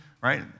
right